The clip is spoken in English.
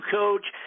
coach